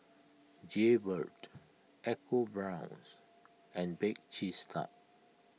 Jaybird Eco Brown's and Bake Cheese Tart